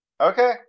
okay